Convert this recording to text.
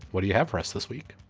what do you have for us this week?